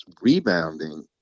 rebounding